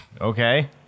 Okay